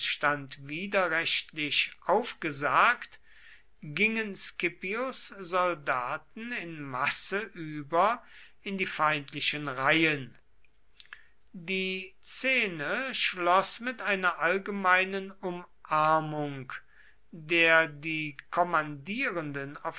widerrechtlich aufgesagt gingen scipios soldaten in masse über in die feindlichen reihen die szene schloß mit einer allgemeinen umarmung der die kommandierenden